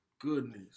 goodness